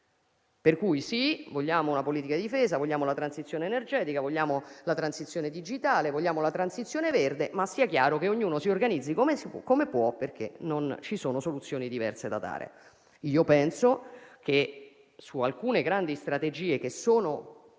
Pertanto, vogliamo sì una politica di difesa, la transizione energetica, la transizione digitale e la transizione verde, ma sia chiaro che ognuno si organizzi come può, perché non ci sono soluzioni diverse da dare. Io penso che su alcune grandi strategie necessarie